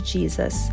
Jesus